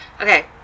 Okay